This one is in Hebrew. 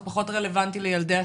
זה פחות רלבנטי לילדי אסירים.